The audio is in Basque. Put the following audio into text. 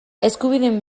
eskubideen